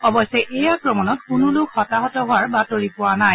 অৱশ্যে এই আক্ৰমণত কোনো লোক হতাহত হোৱাৰ বাতৰি পোৱা হোৱা নাই